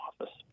office